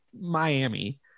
miami